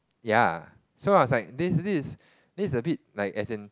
ya so I was like this this is this is a bit like as in